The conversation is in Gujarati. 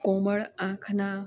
કોમળ આંખના